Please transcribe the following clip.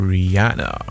Rihanna